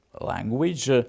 language